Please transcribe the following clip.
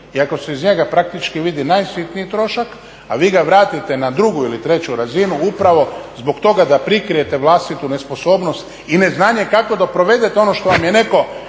ako se iz njega praktički vidi najsitniji trošak, a vi ga vratite na drugu ili treću razinu upravo zbog toga da prikrijete vlastitu nesposobnost i neznanje kako da provedete ono što vam je netko